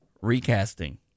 Recasting